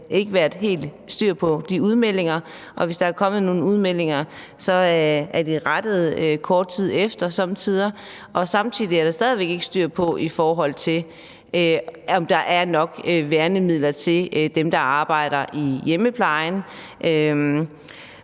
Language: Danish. helt været styr på udmeldingerne, og hvis der er kommet nogle udmeldinger, er de somme tider kort tid efter blevet rettet, og samtidig er der stadig væk ikke styr på, om der er nok værnemidler til dem, der arbejder i hjemmeplejen.